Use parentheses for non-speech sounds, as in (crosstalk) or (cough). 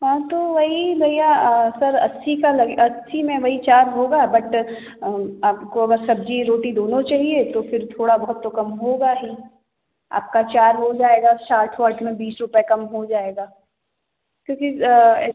हाँ तो वही भईया सर अच्छी का लगे अच्छी में वही चार होगा बट आपको सब्जी रोटी दोनों चाहिए तो फिर थोड़ा बहुत तो कम होगा ही आपका चार हो जाएगा चार रोटी में बीस रुपए कम हो जाएगा क्योंकि (unintelligible)